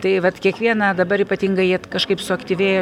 tai vat kiekvieną dabar ypatingai jiet kažkaip suaktyvėjo